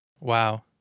wow